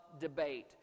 debate